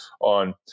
on